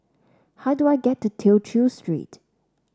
how do I get to Tew Chew Street